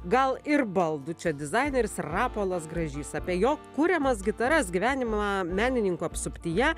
gal ir baldų čia dizaineris rapolas gražys apie jo kuriamas gitaras gyvenimą menininkų apsuptyje